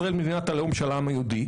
ישראל מדינת הלאום של העם היהודי,